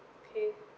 okay